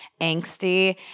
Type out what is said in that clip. angsty